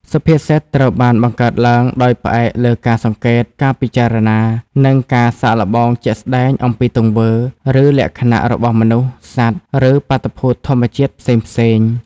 សុភាសិត ត្រូវបានបង្កើតឡើងដោយផ្អែកលើការសង្កេត ការគិតពិចារណា និងការសាកល្បងជាក់ស្ដែងអំពីទង្វើ ឬលក្ខណៈរបស់មនុស្ស សត្វ ឬបាតុភូតធម្មជាតិផ្សេងៗ។